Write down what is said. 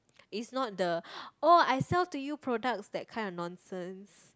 it's not the oh I sell to you products that kind of nonsense